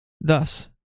Thus